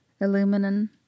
Aluminum